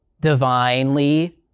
divinely